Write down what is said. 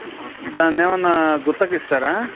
దాన్ని ఏమన్నా గుత్తకి ఇస్తారా